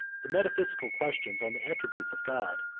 the metaphysical questions on the attributes of god,